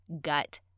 gut